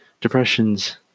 depression's